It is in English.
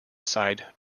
side